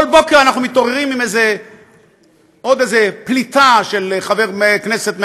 כל בוקר אנחנו מתעוררים עם עוד איזה פליטה של חבר כנסת מהקואליציה,